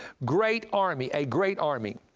great army, a great army,